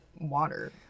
water